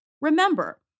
Remember